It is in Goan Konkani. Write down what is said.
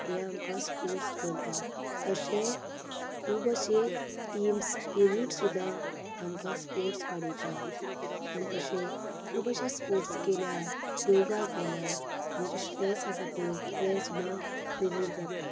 हें आमकां स्पोर्टस करतां तशें खूब अशें टिम स्पिरीट सुद्दां आमकां स्पोर्टस वाडयता आनी तशें खूब अशें स्पोर्टस केल्यार योगा केल्यार आमचें स्ट्रेस आसा पळय तें सुद्दां रिलीज जाता